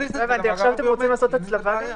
עכשיו אתם רוצים לעשות הצלבה?